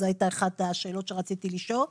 זו הייתה אחת השאלות שרציתי לשאול.